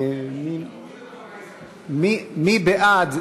מי בעד?